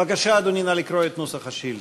בבקשה, אדוני, נא לקרוא את נוסח השאילתה.